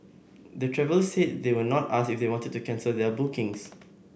the travellers said they were not asked if they wanted to cancel their bookings